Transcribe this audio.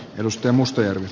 rustem mustajärvi